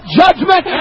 judgment